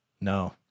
No